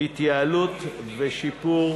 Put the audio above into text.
התייעלות ושיפור